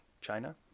China